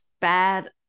bad